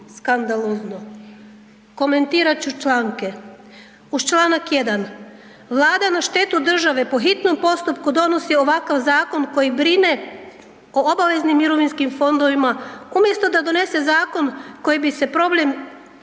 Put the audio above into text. skandalozno. Komentirat ću članke. Uz čl. 1. Vlada na štetu države po hitnom postupku donosi ovakav zakon koji brine o obveznim mirovinskim fondovima umjesto da donese zakon kojim bi se problem